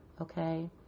okay